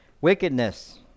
wickedness